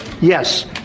Yes